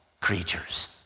creatures